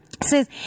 says